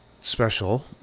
special